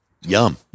yum